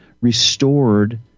restored